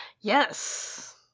Yes